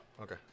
okay